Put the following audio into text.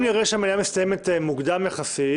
אם נראה שהמליאה מסתיימת מוקדם יחסית